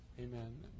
amen